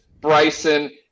Bryson